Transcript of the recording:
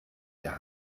der